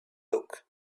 looked